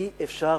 אי-אפשר,